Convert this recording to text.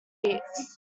weeks